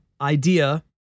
idea